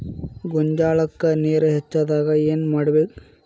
ಗೊಂಜಾಳಕ್ಕ ನೇರ ಹೆಚ್ಚಾದಾಗ ಏನ್ ಮಾಡಬೇಕ್?